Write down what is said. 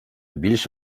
більш